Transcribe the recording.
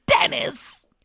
Dennis